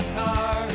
car